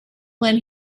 when